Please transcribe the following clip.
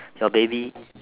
so baby